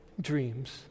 dreams